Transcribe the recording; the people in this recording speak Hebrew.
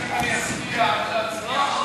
אם אני אצביע או לא אצביע.